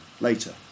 later